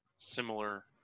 similar